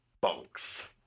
bunks